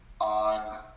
on